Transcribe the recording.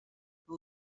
que